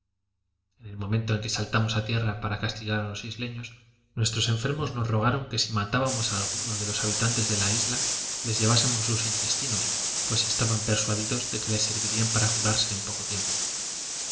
en el momento en que salíamos a tierra para castigar a los isleños nuestros enfermos nos rogaron que si matábamos a alguno de los habitantes de la isla les llevásemos sus intestinos pues estaban persuadidos de que les servirían para curarse en poco tiempo